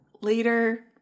later